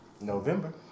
November